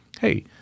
hey